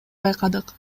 байкадык